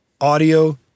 audio